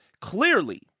Clearly